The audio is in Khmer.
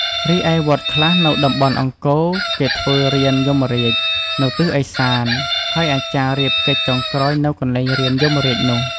រីឯវត្តខ្លះនៅតំបន់អង្គរ គេធ្វើរានយមរាជនៅទិសឦសាន ហើយអាចារ្យរៀបកិច្ចចុងក្រោយនៅកន្លែងរានយមរាជនោះ។